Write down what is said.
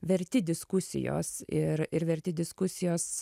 verti diskusijos ir ir verti diskusijos